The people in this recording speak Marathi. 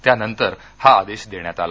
त्यानंतर हा आदेश देण्यात आला